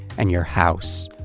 and your house,